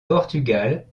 portugal